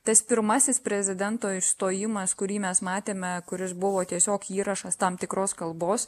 tas pirmasis prezidento išstojimas kurį mes matėme kuris buvo tiesiog įrašas tam tikros kalbos